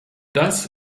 das